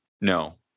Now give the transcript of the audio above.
no